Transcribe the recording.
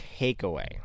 takeaway